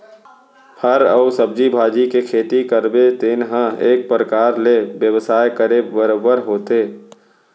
फर अउ सब्जी भाजी के खेती करबे तेन ह एक परकार ले बेवसाय करे बरोबर होथे